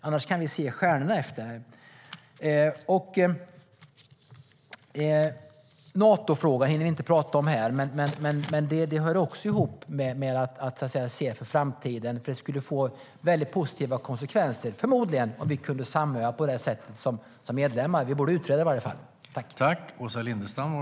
Annars kan vi se i stjärnorna efter det.